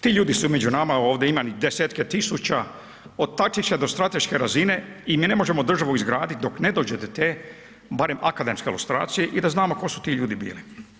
Ti ljudi su među nama ovdje ima ih 10-tke tisuća od taktičke do strateške razine i mi ne možemo državu izgraditi dok ne dođe do te barem akademske lustracije i da znamo tko su ti ljudi bili.